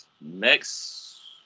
Next